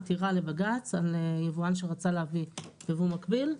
עתירה לבג"ץ על יבואן שרצה להביא בייבוא מקביל,